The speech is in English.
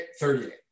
38